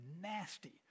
nasty